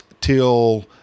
till